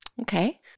Okay